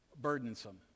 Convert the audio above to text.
burdensome